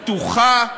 פתוחה,